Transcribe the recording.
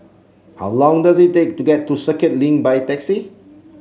how long does it take to get to Circuit Link by taxi